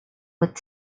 would